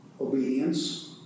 obedience